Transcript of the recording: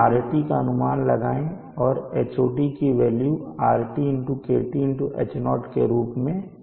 rT का अनुमान लगाएँ और Hat की वैल्यू rT KT H0 के रूप में करें